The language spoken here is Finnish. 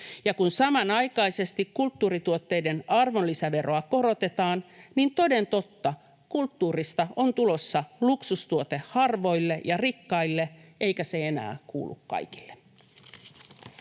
Ja kun samanaikaisesti kulttuurituotteiden arvonlisäveroa korotetaan, niin toden totta, kulttuurista on tulossa luksustuote harvoille ja rikkaille, eikä se enää kuulu kaikille.